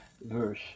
verse